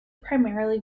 primarily